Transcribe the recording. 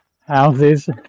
houses